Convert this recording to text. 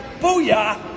Booyah